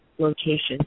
locations